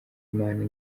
imana